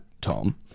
Tom